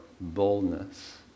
boldness